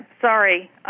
Sorry